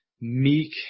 meek